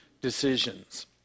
decisions